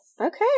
Okay